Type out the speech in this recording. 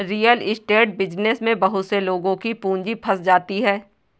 real estate business में बहुत से लोगों की पूंजी फंस जाती है